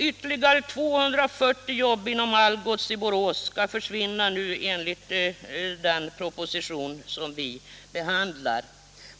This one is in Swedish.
Ytterligare 240 jobb inom Algots i Borås skall försvinna enligt den proposition som vi nu behandlar.